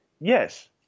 yes